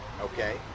Okay